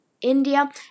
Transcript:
India